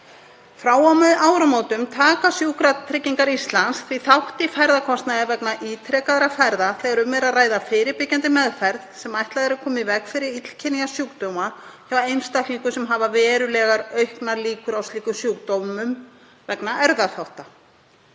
Frá og með áramótum taka Sjúkratryggingar Íslands því þátt í ferðakostnaði vegna ítrekaðra ferða þegar um er að ræða fyrirbyggjandi meðferð sem ætlað er að koma í veg fyrir illkynja sjúkdóma hjá einstaklingum sem hafa verulega auknar líkur á slíkum sjúkdómum vegna erfðaþátta.